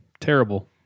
Terrible